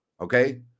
Okay